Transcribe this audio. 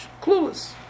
Clueless